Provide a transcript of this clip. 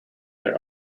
their